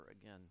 again